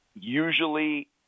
Usually